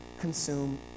consume